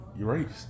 erased